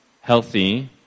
healthy